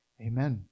amen